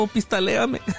Pistaleame